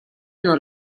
non